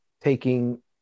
taking